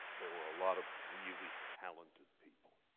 there were a lot of really talented people.